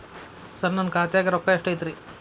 ಸರ ನನ್ನ ಖಾತ್ಯಾಗ ರೊಕ್ಕ ಎಷ್ಟು ಐತಿರಿ?